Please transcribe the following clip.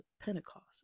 pentecost